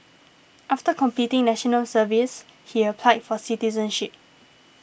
after completing National Service he applied for citizenship